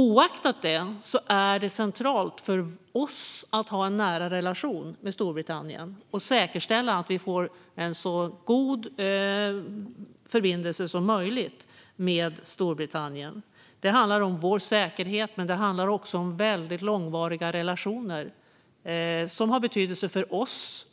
Oavsett detta är det centralt för oss att ha en nära relation med Storbritannien och säkerställa att vi får en så god förbindelse som möjligt med landet. Det handlar om vår säkerhet, men det handlar också om väldigt långvariga relationer som har betydelse för oss